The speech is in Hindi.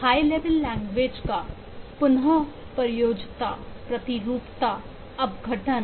हाई लेवल लैंग्वेज का पुन प्रयोज्यता प्रतिरूपता अपघटन